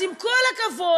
אז עם כל הכבוד,